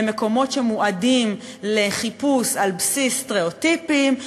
למקומות שמועדים לחיפוש על-בסיס סטריאוטיפים,